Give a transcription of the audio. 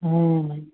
ହଁ